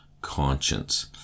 conscience